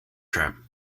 trap